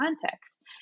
context